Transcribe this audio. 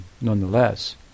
nonetheless